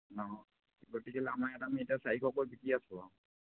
ন গতিকেলৈ আমাৰ ইয়াত আমি এতিয়া চাৰিশকৈ বিকি আছোঁ আৰু